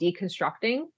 deconstructing